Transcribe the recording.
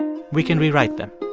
we can rewrite them